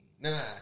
Nah